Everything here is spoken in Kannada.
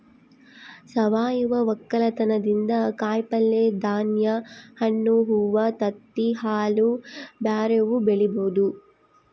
ಸಾವಯವ ವಕ್ಕಲತನದಿಂದ ಕಾಯಿಪಲ್ಯೆ, ಧಾನ್ಯ, ಹಣ್ಣು, ಹೂವ್ವ, ತತ್ತಿ, ಹಾಲು ಬ್ಯೆರೆವು ಬೆಳಿಬೊದು